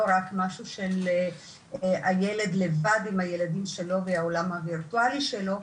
רק משהו של הילד לבד עם הילדים שלו והעולם הווירטואלי שלו,